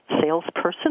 salesperson